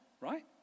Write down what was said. right